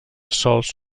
sols